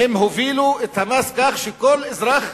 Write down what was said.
הם הובילו את המס כך שכל אזרח